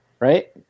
Right